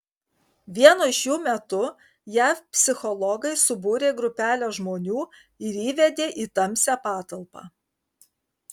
vieno iš jų metu jav psichologai subūrė grupelę žmonių ir įvedė į tamsią patalpą